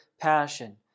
passion